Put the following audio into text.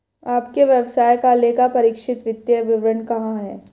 आपके व्यवसाय का लेखापरीक्षित वित्तीय विवरण कहाँ है?